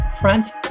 Front